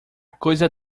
coisa